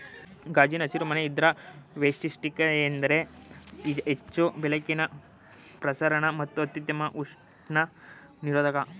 ಗಾಜಿನ ಹಸಿರು ಮನೆ ಇದ್ರ ವೈಶಿಷ್ಟ್ಯತೆಯೆಂದರೆ ಹೆಚ್ಚು ಬೆಳಕಿನ ಪ್ರಸರಣ ಮತ್ತು ಅತ್ಯುತ್ತಮ ಉಷ್ಣ ನಿರೋಧಕ